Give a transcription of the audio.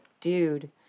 dude